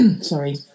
sorry